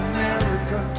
America